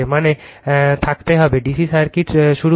মানে থাকতে হবে DC সার্কিট শুরু হয়